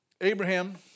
Abraham